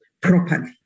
properly